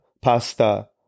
pasta